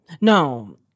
No